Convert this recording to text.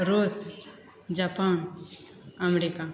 Russia Japan America